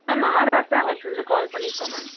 ma'am RR ட்ராவல்ஸ்லேந்து call பண்ணிருக்கோம் ma'am